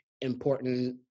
important